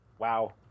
Wow